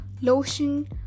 lotion